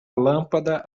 lâmpada